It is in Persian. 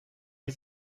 این